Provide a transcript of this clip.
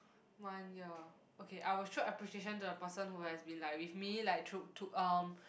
one year okay I will show appreciation to the person who has been like with me like through through um